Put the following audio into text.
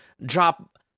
drop